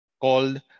called